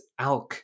ALK